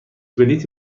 بلیطی